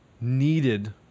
needed